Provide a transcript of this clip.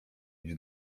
iść